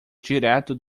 direto